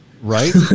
right